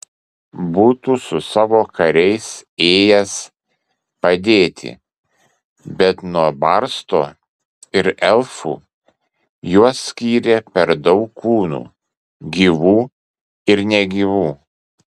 būtų su savo kariais ėjęs padėti bet nuo barsto ir elfų juos skyrė per daug kūnų gyvų ir negyvų